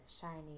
shiny